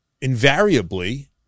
invariably